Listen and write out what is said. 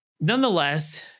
Nonetheless